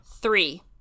Three